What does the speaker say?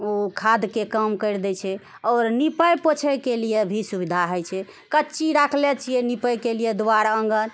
ओ खाद्यके काम करि देइ छै आओर निपए पोछएके लिए भी सुविधा होइ छै कच्ची राखलै छिऐ निपएके लिए द्वार आङ्गन